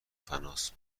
فناس